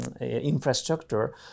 infrastructure